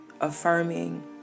affirming